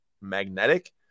magnetic